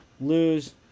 lose